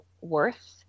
worth